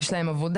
שיש להם עבודה,